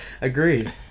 Agreed